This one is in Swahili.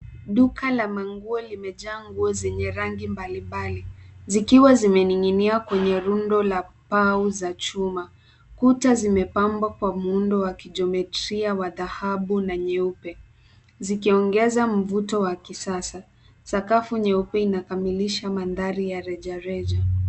Duka la manguo limejaa nguo zenye rangi mbalimbali, zikiwa zimening'inia kwenye rundo la pau za chuma. Kuta zimepambwa kwa muundo wa kijiometria wa dhahabu na nyeupe. Zikiongeza mvuto wa kisasa. Sakafu nyeupe inakamilisha mandhari ya rejareja.